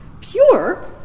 Pure